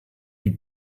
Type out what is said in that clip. die